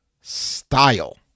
style